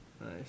Nice